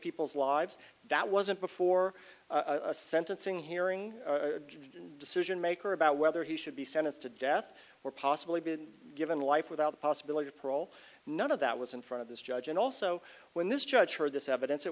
people's lives that wasn't before a sentencing hearing decision maker about whether he should be sentenced to death or possibly been given life without possibility of parole none of that was in front of this judge and also when this judge heard this evidence it